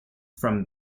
from